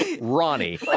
ronnie